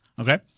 Okay